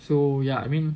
so ya I mean